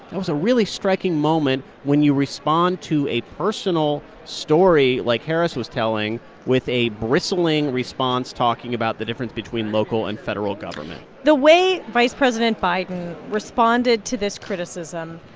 that was a really striking moment when you respond to a personal story like harris was telling with a bristling response talking about the difference between local and federal government the way vice president biden responded to this criticism,